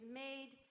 made